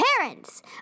parents